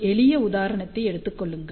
ஒரு எளிய உதாரணத்தை எடுத்துக் கொள்ளுங்கள்